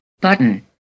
Button